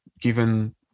given